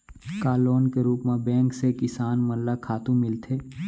का लोन के रूप मा बैंक से किसान मन ला खातू मिलथे?